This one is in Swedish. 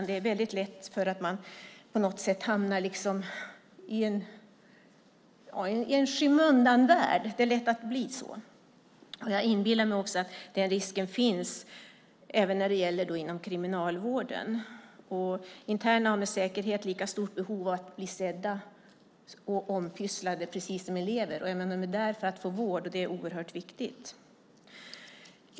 Det är lätt att hamna i en skymundanvärld. Jag inbillar mig också att den risken finns även inom kriminalvården. Interner har med säkerhet lika stort behov av att bli sedda och ompysslade som elever. De är där för att få vård, och det är oerhört viktigt.